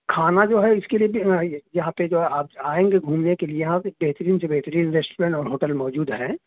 کھانا جو ہے اس کے لیے بھی یہاں پہ جب آپ آئیں گے گھومنے کے لیے یہاں پہ بہترین سے بہترین ریسٹورنٹ اور ہوٹل موجود ہے